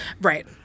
Right